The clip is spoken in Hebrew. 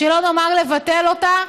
שלא לומר לבטל אותה,